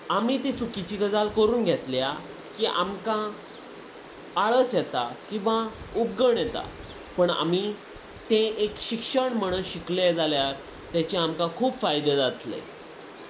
आमी ती चुकीची गजाल करून घेतल्या की आमकां आळस येता किंवां उबगण येता पूण आमी तें एक शिक्षण म्हणून शिकले जाल्यार तेचें आमकां खूब फायदे जातले